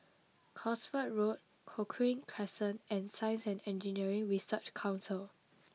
Cosford Road Cochrane Crescent and Science and Engineering Research Council